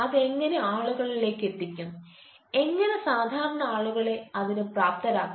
അത് എങ്ങനെ ആളുകളിലേക്ക് എത്തിക്കും എങ്ങനെ സാധാരണ ആളുകളെ അതിന് പ്രാപ്തരാക്കും